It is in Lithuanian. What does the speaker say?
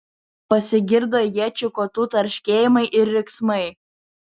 pasigirdo iečių kotų tarškėjimai ir riksmai